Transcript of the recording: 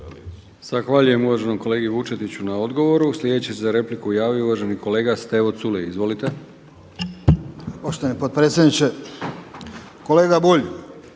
Zahvaljujem uvaženom kolegi Vučetiću na odgovoru. Sljedeći se za repliku javio uvaženi kolega Stevo Culej. Izvolite. **Culej, Stevo